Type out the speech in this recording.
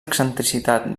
excentricitat